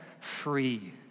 free